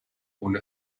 ohne